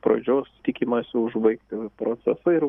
pradžios tikimasi užbaigti procesą ir